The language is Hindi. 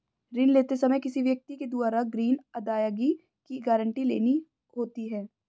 ऋण लेते समय किसी व्यक्ति के द्वारा ग्रीन अदायगी की गारंटी लेनी होती है